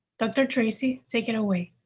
dr. tracy, take it away.